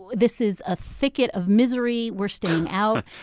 this is a thicket of misery. we're staying out.